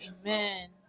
amen